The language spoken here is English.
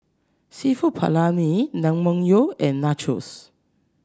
seafood Paella Naengmyeon and Nachos